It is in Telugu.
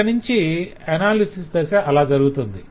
ఇక నుంచి అనాలిసిస్ దశ అలా జరగుతుంది